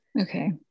Okay